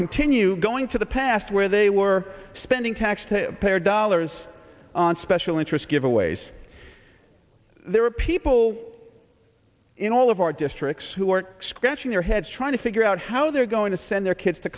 continue going to the past where they were spending tax to pare dollars on special interest giveaways there are people in all of our districts who are scratching their heads trying to figure out how they're going to send their kids to